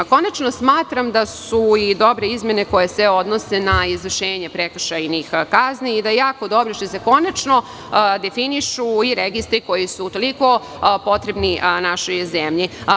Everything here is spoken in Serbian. Konačno, smatram da su i dobre izmene koje se odnose na izvršenje prekršajnih kazni i da je jako dobro što se konačno definišu i registri koji su toliko potrebni našoj zemlji.